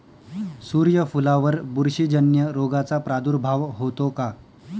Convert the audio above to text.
सूर्यफुलावर बुरशीजन्य रोगाचा प्रादुर्भाव होतो का?